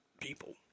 people